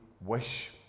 wish